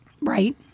right